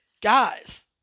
Guys